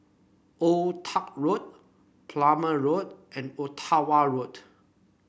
Old Tuck Road Plumer Road and Ottawa Road